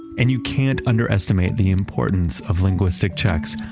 and you can't underestimate the importance of linguistic checks.